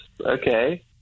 Okay